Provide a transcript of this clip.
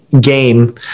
game –